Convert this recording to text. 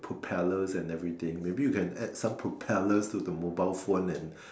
propellers and everything maybe you can add some propellers to the mobile phone and